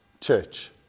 church